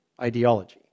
ideology